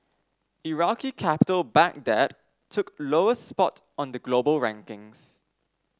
Iraqi capital Baghdad took lowest spot on the global rankings